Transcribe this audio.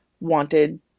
wanted